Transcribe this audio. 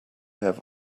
have